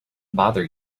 bother